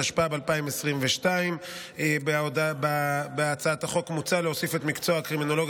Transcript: התשפ"ב 2022. בהצעת החוק מוצע להוסיף את מקצוע הקרימינולוג